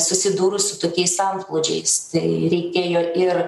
susidūrus su tokiais antplūdžiais tai reikėjo ir